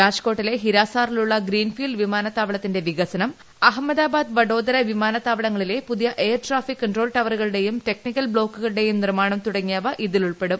രാജ്ക്കോട്ടിലെ ഹിരാസാറിലുള്ള ഗ്ലീൻഫീൽഡ് വിമാനത്താവ ളത്തിന്റെ വികസനം അഹമ്മദാബാദ് പ്രഡോദര വിമാനത്താവളങ്ങ ളിലെ പുതിയ എയർ ട്രാഫിക് ക്ടൺട്രോൾ ടവറുകളുടെയും ടെക് നിക്കൽ ബ്ലോക്കുകളുടെയും ്നിർമ്മാണം തുടങ്ങിയവ ഇതിൽ ഉൾ പ്പെടും